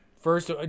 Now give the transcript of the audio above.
First